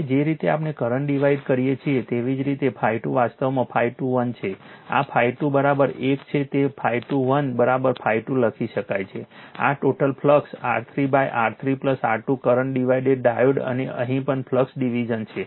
હવે જે રીતે આપણે કરંટ ડિવિજન કરીએ છીએ તેવી જ રીતે ∅2 વાસ્તવમાં ∅21 છે આ ∅2 આ એક છે તે ∅21 ∅2 લખી શકાય છે આ total flux R3 R3 R2 current division diode અને અહીં પણ ફ્લક્સ ડિવિઝન છે